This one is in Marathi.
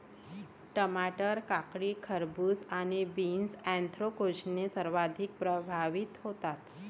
टमाटर, काकडी, खरबूज आणि बीन्स ऍन्थ्रॅकनोजने सर्वाधिक प्रभावित होतात